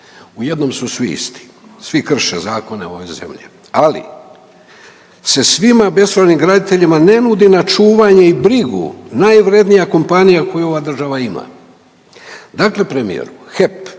U jednom su svi isti, svi krše zakone ove zemlje, ali se svima bespravnim graditeljima ne nudi na čuvanje i brigu, najvrjednija kompanija koju ova država ima. Dakle premijeru, HEP